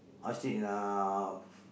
I sleep enough